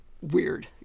weird